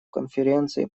конференции